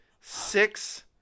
six